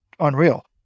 Unreal